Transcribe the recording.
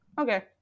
Okay